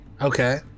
okay